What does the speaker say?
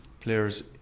players